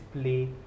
play